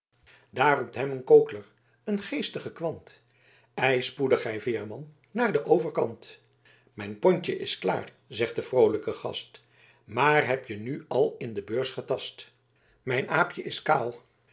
roept hem een kook'ler een geestige kwant ei spoedig gij veerman naar d overkant mijn pontje is klaar zegt de vroolijke gast maar heb je nu al in de beurs getast mijn aapje is kaal